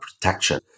protection